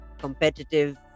competitive